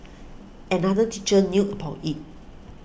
another teacher knew about it